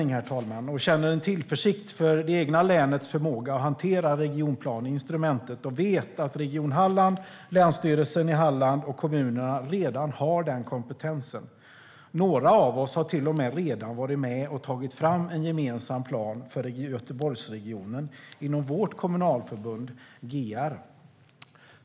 Jag är hallänning och känner en tillförsikt för det egna länets förmåga att hantera regionplaneinstrumentet. Jag vet att Region Halland, Länsstyrelsen i Halland och kommunerna redan har den kompetensen. Några av oss har till och med redan varit med och tagit fram en gemensam plan för Göteborgsregionen inom vårt kommunalförbund GR.